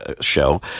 show